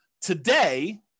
Today